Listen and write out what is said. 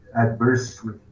adversely